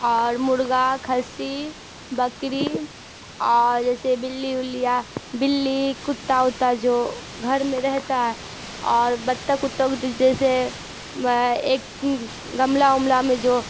اور مرغا خصی بکری اور جیسے بلی ولیا بلی کتا اتا جو گھر میں رہتا ہے اور بطخ وتک جیسے ایک گملا وملا میں جو